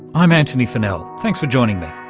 i'm antony funnell, thanks for joining me.